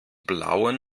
blauen